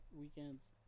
weekends